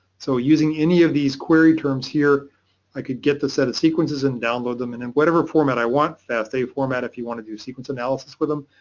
so using any of these query terms here i could get the set of sequences and download them in and whatever format i want, fasta format if you want to do sequence analysis with them.